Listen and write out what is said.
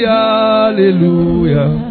hallelujah